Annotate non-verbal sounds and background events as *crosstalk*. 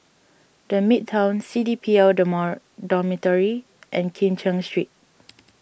the Midtown C D P L *unintelligible* Dormitory and Kim Cheng Street